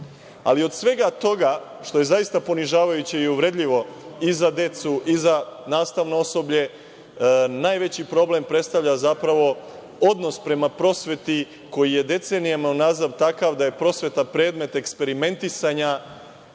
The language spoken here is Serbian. Od svega toga što je zaista ponižavajuće i uvredljivo i za decu i za nastavno osoblje najveći problem predstavlja odnos prema prosveti koji je decenijama unazad takav da je prosveta predmet eksperimentisanja